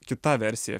kita versija